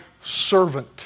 servant